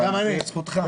אבל זאת זכותך.